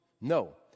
No